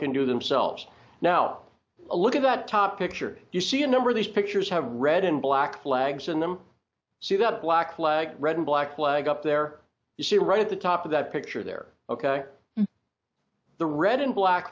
can do themselves now a look at that top picture you see a number of these pictures have red and black flags in them see that black flag red and black flag up there you see right at the top of that picture there of the red and black